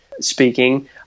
speaking